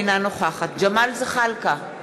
אינה נוכחת ג'מאל זחאלקה,